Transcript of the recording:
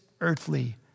earthly